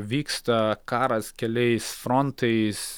vyksta karas keliais frontais